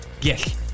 Yes